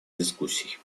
дискуссий